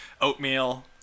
Oatmeal